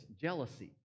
jealousy